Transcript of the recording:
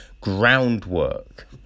groundwork